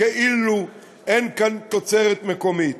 כאילו אין כאן תוצרת מקומית.